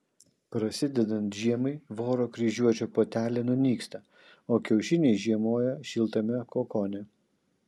prasidedant žiemai voro kryžiuočio patelė nunyksta o kiaušiniai žiemoja šiltame kokone